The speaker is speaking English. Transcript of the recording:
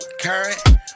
current